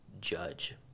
judge